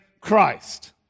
Christ